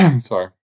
sorry